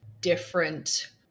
different